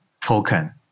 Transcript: token